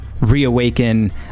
reawaken